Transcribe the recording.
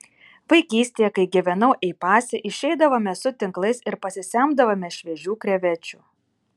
vaikystėje kai gyvenau ei pase išeidavome su tinklais ir pasisemdavome šviežių krevečių